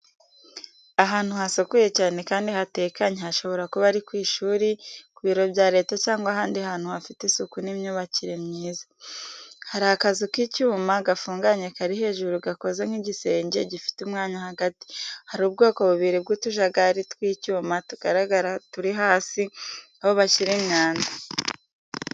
Ahantu hasukuye cyane kandi hatekanye hashobora kuba ari ku ishuri, ku biro bya Leta cyangwa ahandi hantu hafite isuku n’imyubakire myiza. Hari akazu k'icyuma gafunganye kari hejuru gakoze nk'igisenge gifite umwanya hagati. Hari ubwoko bubiri bw’utujagari tw’icyuma tugaragara turi hasi aho bashyira imyanda.